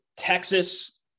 Texas